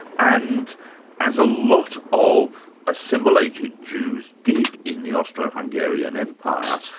and as a lot of assimilated jews did in the austro-hungarian empire,